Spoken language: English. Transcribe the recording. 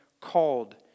called